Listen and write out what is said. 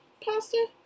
pasta